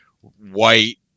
white